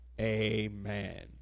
amen